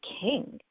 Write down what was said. king